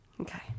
Okay